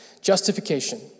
Justification